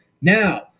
Now